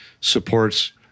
supports